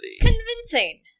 Convincing